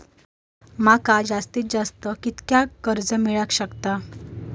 माका जास्तीत जास्त कितक्या कर्ज मेलाक शकता?